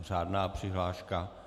Žádná přihláška.